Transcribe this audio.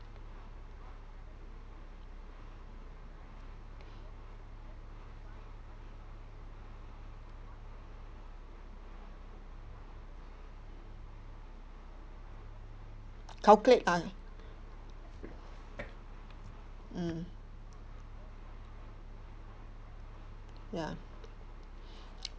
calculate I mm ya